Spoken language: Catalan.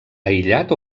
aïllat